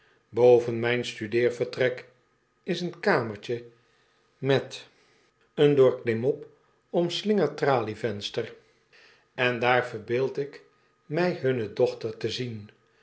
boven myn studeervertrek is een kamertje met een door klimop omslingerd tralievenster en daar verbeeld ik my hunne dochter te zien